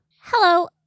Hello